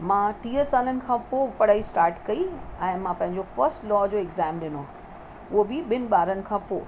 मां टीअ सालनि खां पोइ पढ़ाई स्टार्ट कई ऐं मां पंहिंजो फ़स्ट लॉ जो एक्ज़ाम ॾिनो उहो बि ॿिन्हीं ॿारनि खां पोइ